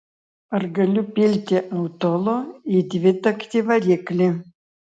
ar galiu pilti autolo į dvitaktį variklį